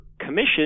commission